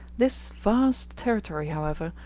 this vast territory, however,